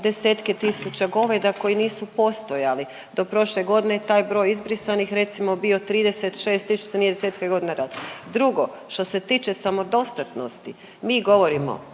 desetke tisuća goveda koji nisu postojali. Do prošle godine taj broj izbrisanih je recimo bio 36 …/Govornik se ne razumije./. Drugo, što se tiče samodostatnosti mi govorimo